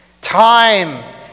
Time